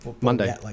monday